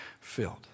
filled